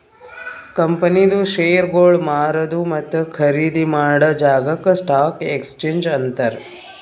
ಕಂಪನಿದು ಶೇರ್ಗೊಳ್ ಮಾರದು ಮತ್ತ ಖರ್ದಿ ಮಾಡಾ ಜಾಗಾಕ್ ಸ್ಟಾಕ್ ಎಕ್ಸ್ಚೇಂಜ್ ಅಂತಾರ್